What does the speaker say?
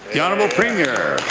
the honourable premier?